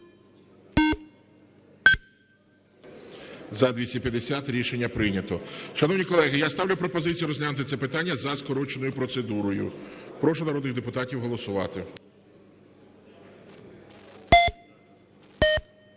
За-250 Рішення прийнято. Шановні колеги, я ставлю пропозицію розглянути це питання за скороченою процедурою. Прошу народних депутатів голосувати.